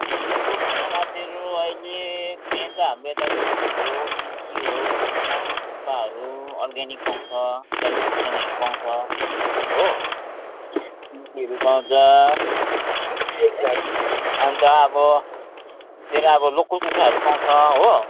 अहिले लोकल खानामा तेरो अहिले मेन ता हाम्रो यता गुन्द्रुक हो सिन्की हो ममो थुक्पाहरू अर्ग्यानिक पाउँछ डल्ले खोर्सानीहरू पाउँछ हो सिन्कीहरू पाउँछ अन्त अब तेरो अब लोकल कुखुराहरू पाउँछ हो